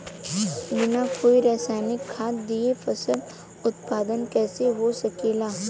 बिना कोई रसायनिक खाद दिए फसल उत्पादन कइसे हो सकेला?